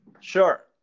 Sure